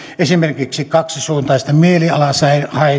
esimerkiksi kaksisuuntaista mielialahäiriötä